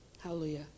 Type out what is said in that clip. Hallelujah